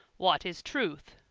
what is truth?